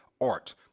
art